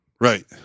Right